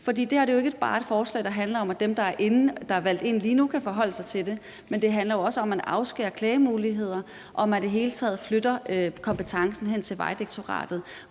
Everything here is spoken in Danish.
For det her er jo ikke bare et forslag, der handler om, at dem, der er valgt ind lige nu, kan forholde sig til det. Det handler jo også om, at man afskærer klagemuligheder, og at man i det hele taget flytter kompetencen hen til Vejdirektoratet,